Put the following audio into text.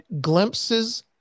glimpses